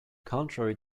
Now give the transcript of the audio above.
contrary